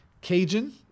Cajun